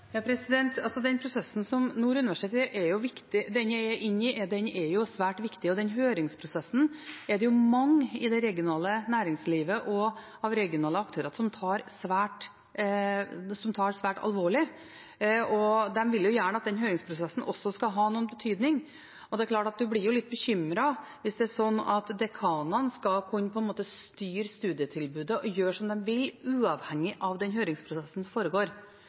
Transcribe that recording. Den prosessen som Nord universitet er inne i, er svært viktig, og den høringsprosessen er det mange i det regionale næringslivet og mange regionale aktører som tar svært alvorlig. De vil gjerne at høringsprosessen skal ha en betydning. Det er klart at man blir litt bekymret hvis det er sånn at dekanene på en måte skal kunne styre studietilbudet og gjøre som de vil, uavhengig av den høringsprosessen som foregår.